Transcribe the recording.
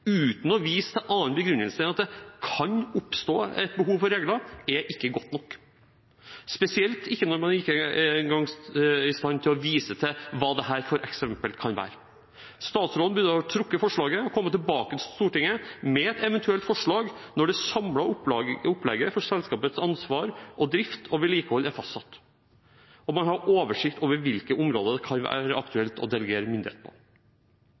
uten å vise til annen begrunnelse enn at det kan oppstå et behov for regler, er ikke godt nok – spesielt ikke når man ikke engang er i stand til å vise til hva dette f.eks. kan være. Statsråden burde ha trukket forslaget og eventuelt komme tilbake til Stortinget med et forslag når det samlede opplegget for selskapets ansvar, drift og vedlikehold er fastsatt og man har oversikt over hvilke områder det kan være aktuelt å delegere myndighet på.